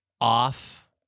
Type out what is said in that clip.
off